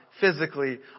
physically